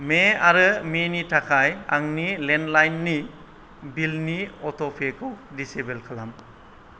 May आरो मेनि थाखाय आंनि लेन्डलाइननि बिलनि अट पे खौ डिसेबोल खालाम